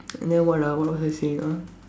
and then what ah what was I saying ah